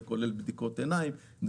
בדיקות עיניים,